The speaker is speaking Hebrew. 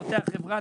פותח חברה,